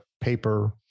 paper